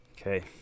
Okay